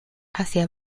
hacia